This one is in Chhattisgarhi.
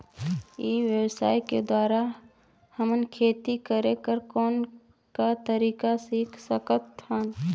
ई व्यवसाय के द्वारा हमन खेती करे कर कौन का तरीका सीख सकत हन?